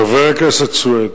חבר הכנסת סוייד,